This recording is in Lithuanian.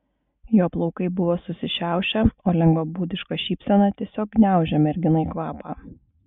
jo plaukai buvo susišiaušę o lengvabūdiška šypsena tiesiog gniaužė merginai kvapą